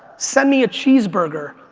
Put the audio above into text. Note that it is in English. send me a cheeseburger,